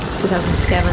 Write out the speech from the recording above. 2007